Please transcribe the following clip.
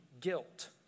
guilt